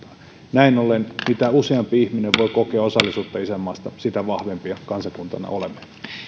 näin ollen mitä useampi ihminen voi kokea osallisuutta isänmaasta sitä vahvempia kansakuntana olemme